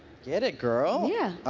get it, girl. yeah.